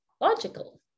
logical